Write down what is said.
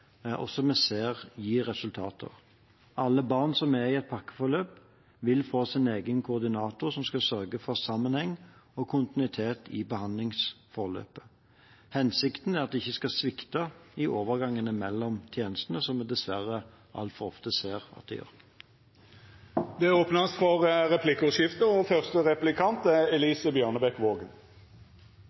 og som vi ser gir resultater. Alle barn som er i et pakkeforløp, vil få sin egen koordinator, som skal sørge for sammenheng og kontinuitet i behandlingsforløpet. Hensikten er at det ikke skal svikte i overgangene mellom tjenestene, slik vi dessverre altfor ofte ser at det gjør. Det vert replikkordskifte. Det er ikke lenge siden Høyre gjennomførte sitt landsmøte, og